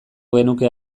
genuke